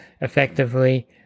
effectively